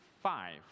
Five